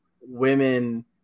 women